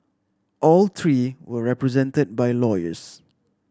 all three were represented by lawyers